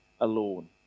alone